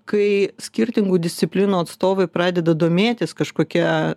kai skirtingų disciplinų atstovai pradeda domėtis kažkokia